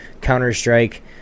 counter-strike